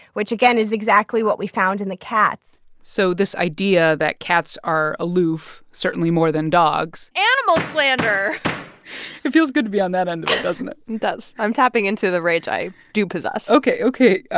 which, again, is exactly what we found in the cats so this idea that cats are aloof, certainly more than dogs. animal slander it feels good to be on that end of it, doesn't it? it does. i'm tapping into the rage i do possess ok, ok. ah